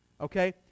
okay